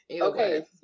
Okay